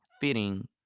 fitting